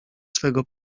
swego